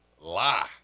lie